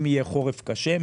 אם יהיה חורף קשה,